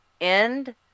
end